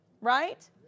right